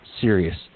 serious